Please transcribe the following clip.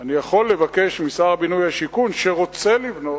אני יכול לבקש משר הבינוי והשיכון, שרוצה לבנות,